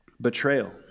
betrayal